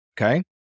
Okay